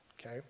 okay